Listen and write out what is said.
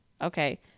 Okay